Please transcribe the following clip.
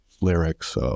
lyrics